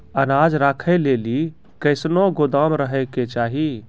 अनाज राखै लेली कैसनौ गोदाम रहै के चाही?